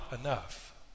enough